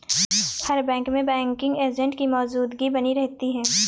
हर bank में banking agent की मौजूदगी बनी रहती है